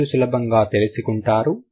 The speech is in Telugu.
మీరు సులభంగా తెలుసుకుంటారు